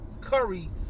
curry